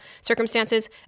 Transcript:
circumstances